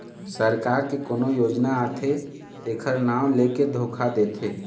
सरकार के कोनो योजना आथे तेखर नांव लेके धोखा देथे